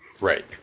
Right